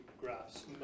graphs